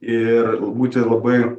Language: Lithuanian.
ir būti labai